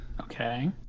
Okay